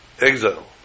exile